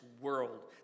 world